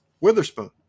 Witherspoon